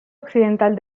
occidental